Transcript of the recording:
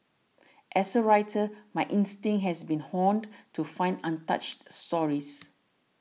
as a writer my instinct has been honed to find untouched stories